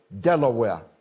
Delaware